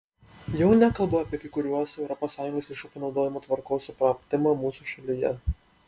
jau nekalbu apie kai kuriuos europos sąjungos lėšų panaudojimo tvarkos supratimą mūsų šalyje